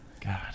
God